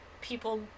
people